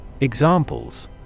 Examples